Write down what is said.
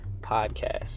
podcast